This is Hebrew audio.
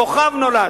"כוכב נולד".